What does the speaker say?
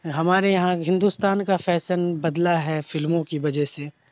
ہمارے یہاں ہندوستان کا فیسن بدلا ہے فلموں کی وجہ سے